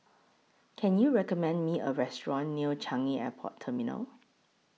Can YOU recommend Me A Restaurant near Changi Airport Terminal